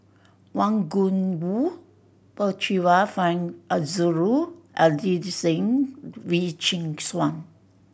Wang Gungwu Percival Frank Aroozoo Adelene Wee Chin Suan